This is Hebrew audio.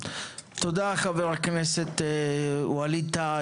חבר הכנסת ווליד טאהא,